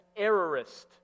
errorist